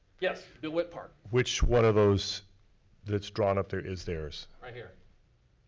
yes, bill witt park. which one of those that's drawn up there is theirs. right here.